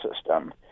system